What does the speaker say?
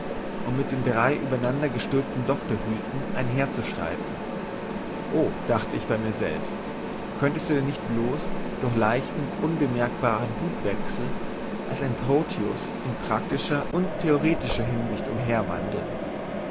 und mit den drei übereinandergestülpten doktorhüten einherzuschreiten o dachte ich bei mir selbst könntest du dann nicht blos durch leichten unbemerkbaren hutwechsel als ein proteus in praktischer und theoretischer hinsicht